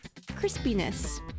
crispiness